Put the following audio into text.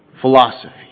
philosophy